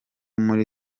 muri